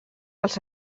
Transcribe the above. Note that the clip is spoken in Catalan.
als